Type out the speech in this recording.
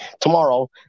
tomorrow